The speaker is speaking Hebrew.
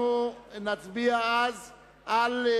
תודה רבה.